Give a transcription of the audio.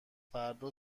فردا